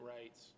rights